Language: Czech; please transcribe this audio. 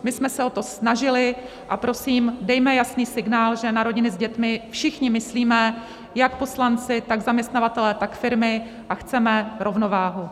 My jsme se o to snažili, a prosím, dejme jasný signál, že na rodiny s dětmi všichni myslíme, jak poslanci, tak zaměstnavatelé, tak firmy, a chceme rovnováhu.